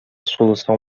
solução